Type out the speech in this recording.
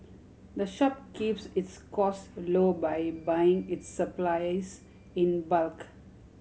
the shop keeps its cost low by buying its supplies in bulk